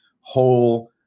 whole